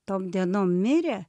tom dienom mirė